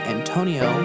Antonio